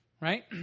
right